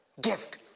gift